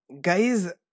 guys